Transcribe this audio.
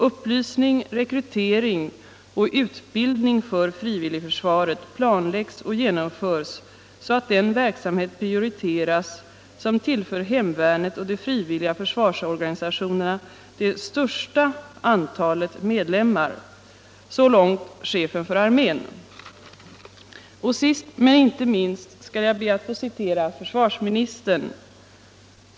Upplysning, rekrytering och utbildning för frivilligförsvaret planläggs och genomförs så att den verksamhet prioriteras som tillför hemvärnet och de frivilliga försvarsorganisationerna det största antalet medlemmar.” Och sist men inte minst skall jag be att få citera försvarsministern.